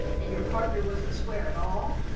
and your partner wasn't square at all.